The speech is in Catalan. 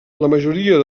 majoria